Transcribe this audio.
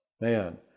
man